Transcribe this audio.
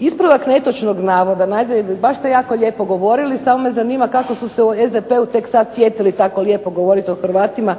ispravak netočnog navoda. Naime, baš ste jako lijepo govorili samo me zanima kako su se u SDP-u tek sad sjetili tako lijepo govoriti o Hrvatima